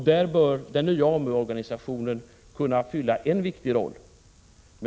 Där bör den nya omorganisationen kunna spela en viktig roll.